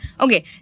Okay